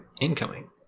incoming